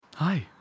Hi